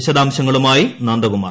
വിശദാംശങ്ങളുമായി നന്ദകുമാർ